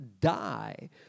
die